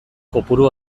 kopuru